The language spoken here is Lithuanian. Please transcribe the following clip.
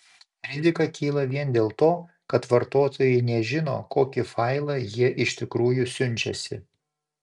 rizika kyla vien dėl to kad vartotojai nežino kokį failą jie iš tikrųjų siunčiasi